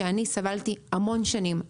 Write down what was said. סבלתי המון שנים,